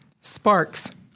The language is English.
sparks